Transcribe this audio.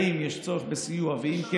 האם יש צורך בסיוע, ואם,